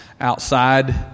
outside